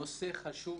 נושא חשוב